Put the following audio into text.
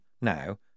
now